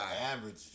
average